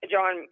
John